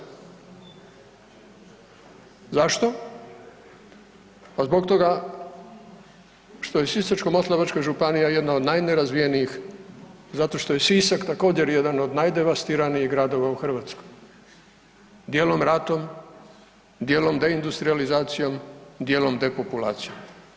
Pa zbog toga što je Sisačko-moslavačka županija jedna od najnerazvijenijih, zato što je Sisak također jedan od najdevastiranijih gradova u Hrvatskoj, dijelom ratom, dijelom deindustrijalizacijom, dijelom depopulacijom.